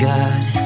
God